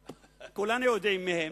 כולנו יודעים מי הם,